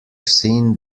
seen